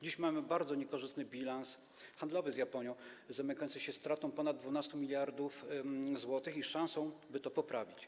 Dziś mamy bardzo niekorzystny bilans handlowy z Japonią, zamykający się stratą ponad 12 mld zł, i szansę, by to poprawić.